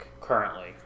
Currently